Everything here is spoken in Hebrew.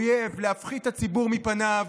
אויב להפחיד את הציבור מפניו,